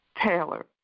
Taylor